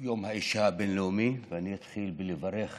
יום האישה הבין-לאומי, ואני אתחיל בלברך